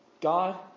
God